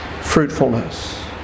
fruitfulness